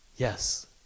Yes